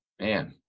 man